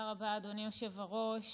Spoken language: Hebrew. תודה רבה, אדוני היושב בראש.